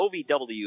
OVW